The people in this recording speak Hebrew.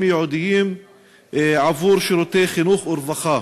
ייעודיים עבור שירותי חינוך ורווחה.